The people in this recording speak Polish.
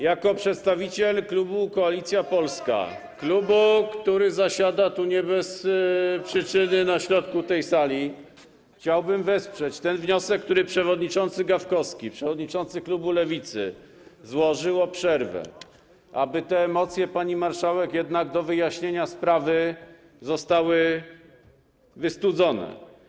Jako przedstawiciel klubu Koalicja Polska, klubu, który nie bez przyczyny zasiada na środku tej sali, chciałbym wesprzeć ten wniosek, który przewodniczący Gawkowski, przewodniczący klubu Lewicy, złożył, o przerwę, aby te emocje, pani marszałek, jednak do czasu wyjaśnienia sprawy zostały wystudzone.